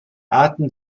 arten